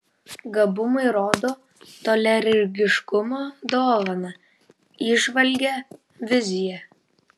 gabumai rodo toliaregiškumo dovaną įžvalgią viziją